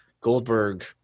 Goldberg